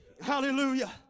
Hallelujah